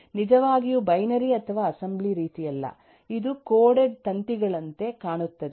ನಿಜವಾಗಿಯೂ ಬೈನರಿ ಅಥವಾ ಅಸೆಂಬ್ಲಿ ರೀತಿಯಲ್ಲ ಇದು ಕೋಡೆಡ್ ತಂತಿಗಳಂತೆ ಕಾಣುತ್ತದೆ